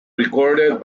recorded